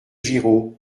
giraud